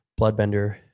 bloodbender